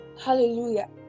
Hallelujah